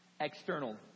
External